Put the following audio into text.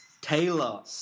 Taylor